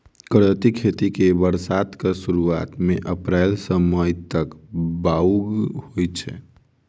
करियौती खेती बरसातक सुरुआत मे अप्रैल सँ मई तक बाउग होइ छै